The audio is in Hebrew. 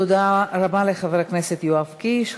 תודה רבה לחבר הכנסת יואב קיש.